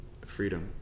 freedom